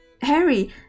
Harry